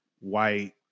white